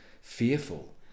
fearful